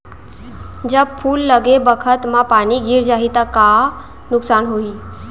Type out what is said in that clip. जब फूल लगे बखत म पानी गिर जाही त का नुकसान होगी?